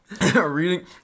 Reading